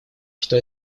что